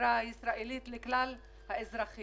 לחברה הישראלית לכלל האזרחים.